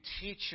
teach